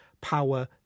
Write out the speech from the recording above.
power